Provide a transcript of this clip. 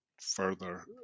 further